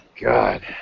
God